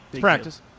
practice